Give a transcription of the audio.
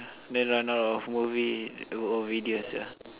then run out of movie or or video sia